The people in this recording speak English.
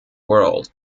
world